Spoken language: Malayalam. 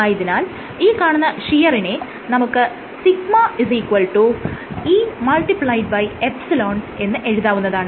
ആയതിനാൽ ഈ കാണുന്ന ഷിയറിനെ നമുക്ക് σ Eε എന്ന് എഴുതാവുന്നതാണ്